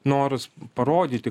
noras parodyti